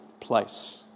place